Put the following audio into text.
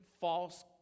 false